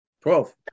Twelve